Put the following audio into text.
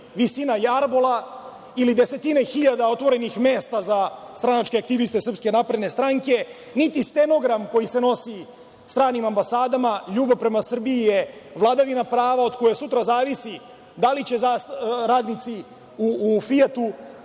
visina jarbola ili desetine hiljada otvorenih mesta za stranačke aktiviste SNS, niti stenogram koji se nosi stranim ambasadama, ljubav prema Srbiji je vladavina prava od koje sutra zavisi da li će radnici u Fijatu